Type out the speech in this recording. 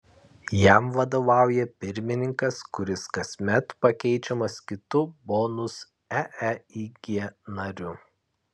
jam vadovauja pirmininkas kuris kasmet pakeičiamas kitu bonus eeig nariu